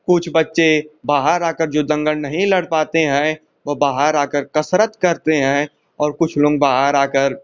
कुछ बच्चे बाहर आकर जो दंगल नहीं लड़ पाते हैं वो बाहर आकर कसरत करते हैं और कुछ लोग बाहर आकर